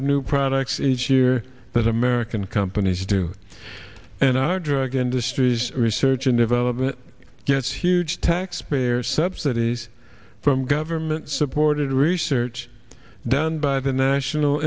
of new products each year that american companies do and our drug industry's research and development gets huge tax spare subsidies from government supported research done by the national